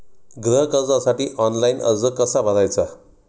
गृह कर्जासाठी ऑनलाइन अर्ज कसा भरायचा?